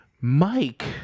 Mike